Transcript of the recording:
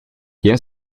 jeu